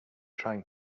trying